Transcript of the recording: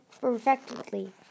perfectly